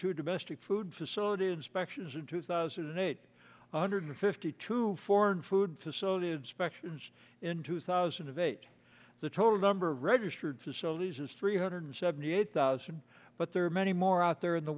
two domestic food facility inspections of two thousand eight hundred fifty two foreign food facility inspections in two thousand and eight the total number of registered facilities is three hundred seventy eight thousand but there are many more out there in the